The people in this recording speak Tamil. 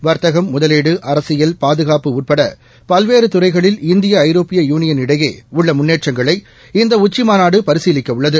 வர்த்தகம் முதலீடு அரசியல் பாதுகாப்பு உட்படபல்வேறுதுறைகளில் இந்திய ஐரோப்பிய யூனியனிடையேஉள்ளமுன்னேற்றங்களை இந்தஉச்சிமாநாடுபரிசீலிக்கவுள்ளது